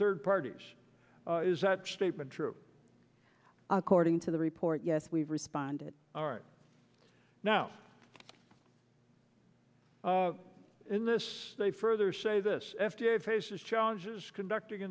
third parties is that statement true according to the report yes we've responded all right now in this they further say this f d a faces challenges conducting